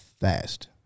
fast